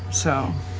so